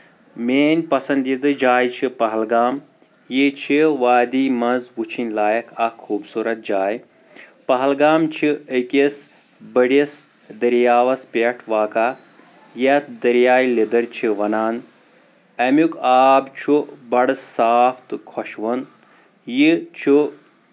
میٲنۍ پسنٛدیٖدٕ جاے چھِ پہلگام یہِ چھِ وادی منٛز وٕچھِنۍ لایق اکھ خوٗبصوٗرَت جاے پہلگام چھُ أکِس بٔڑِس دریابَس پٮ۪ٹھ واقع یَتھ دریا لیٚدٕر چھِ وَنان اَمیُک آب چھُ بَڑٕ صاف تہٕ خۄشوُن یہِ چھُ